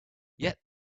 yet